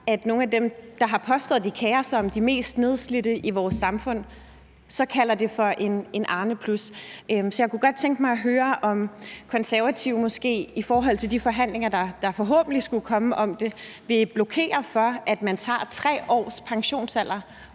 er nogle af de sager, som vi også ser kommer frem i medierne. Så jeg kunne godt tænke mig at høre, om Konservative måske i forhold til de forhandlinger, der forhåbentlig kommer om det, vil blokere for, at man tager 3 års pensionsalder